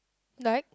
like